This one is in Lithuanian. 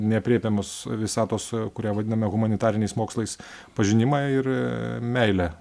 neaprėpiamos visatos kurią vadiname humanitariniais mokslais pažinimą ir meilę